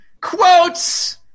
Quotes